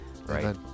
Right